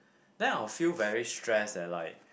then I'll feel very stress and like